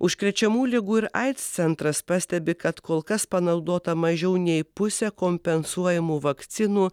užkrečiamų ligų ir aids centras pastebi kad kol kas panaudota mažiau nei pusė kompensuojamų vakcinų